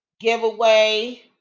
giveaway